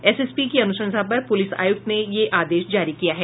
SSP की अनुशंसा पर पुलिस आयुक्त ने यह आदेश जारी किया है